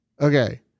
Okay